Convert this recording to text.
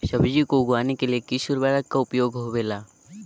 सब्जी को उगाने के लिए किस उर्वरक का उपयोग होबेला?